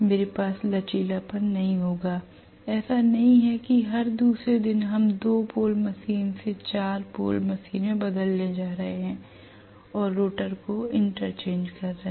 मेरे पास लचीलापन नहीं होगा ऐसा नहीं है कि हर दूसरे दिन हम 2 पोल मशीन से 4 पोल मशीन में बदलने जा रहे हैं और रोटार को इंटरचेंज कर रहे हैं